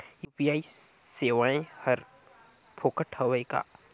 UPI सेवाएं हर फोकट हवय का?